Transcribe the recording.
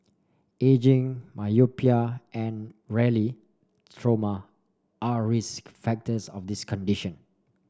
ageing myopia and rarely trauma are risk factors of this condition